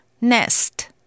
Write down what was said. nest